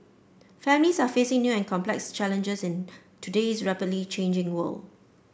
families are facing new and complex challenges in today's rapidly changing world